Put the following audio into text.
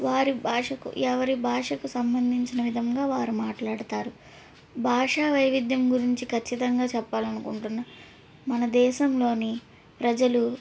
వారి భాషకు ఎవరి భాషకు సంబంధించిన విధంగా వారు మాట్లాడతారు భాష వైవిధ్యం గురించి ఖచ్చితంగా చెప్పాలనుకుంటున్నాను మన దేశంలోని ప్రజలు